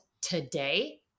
today